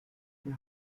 der